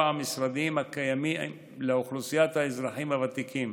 המשרדיים הקיימים לאוכלוסיית האזרחים הוותיקים.